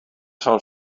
sol